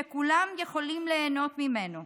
שכולם יכולים ליהנות מהם,